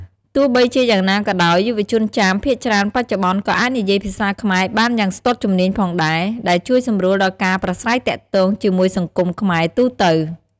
ទោះបីជាយ៉ាងណាក៏ដោយ យុវជនចាមភាគច្រើនបច្ចុប្បន្នក៏អាចនិយាយភាសាខ្មែរបានយ៉ាងស្ទាត់ជំនាញផងដែរ ដែលជួយសម្រួលដល់ការប្រាស្រ័យទាក់ទងជាមួយសង្គមខ្មែរទូទៅ។